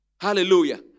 Hallelujah